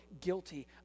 guilty